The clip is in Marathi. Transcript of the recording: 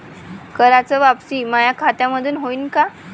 कराच वापसी माया खात्यामंधून होईन का?